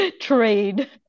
trade